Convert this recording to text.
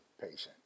patient